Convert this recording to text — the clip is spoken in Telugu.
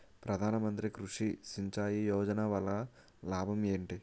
ప్రధాన మంత్రి కృషి సించాయి యోజన వల్ల లాభం ఏంటి?